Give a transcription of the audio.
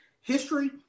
history